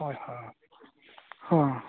হয় হয় হয়